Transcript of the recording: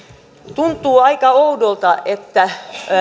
tuntuu aika oudolta että